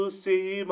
see